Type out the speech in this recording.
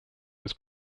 was